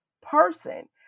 person